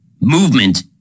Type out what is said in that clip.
movement